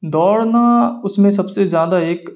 دوڑنا اس میں سب سے زیادہ ایک